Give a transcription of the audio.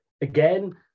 again